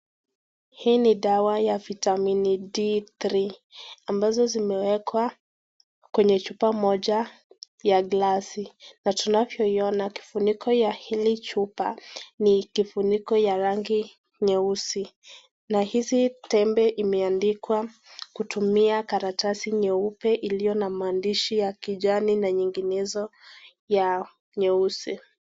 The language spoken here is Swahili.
Hii ni dawa ya Vitamini D3. Ambazo zimewekwa kwenye chupa moja ya glasi. Na tunavyoiona kifuniko cha hili chupa ni kifuniko ya rangi nyeusi. Na hizi tembe imeandikwa kutumia karatasi nyeupe iliyo na maandishi ya kijani na nyinginezo ya nyeusi.